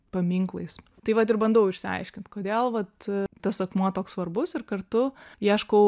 paminklais tai vat ir bandau išsiaiškint kodėl vat tas akmuo toks svarbus ir kartu ieškau